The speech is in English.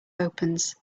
opens